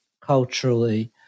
culturally